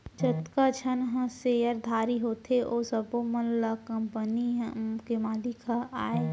जतका झन ह सेयरधारी होथे ओ सब्बो मन ह कंपनी के मालिक अय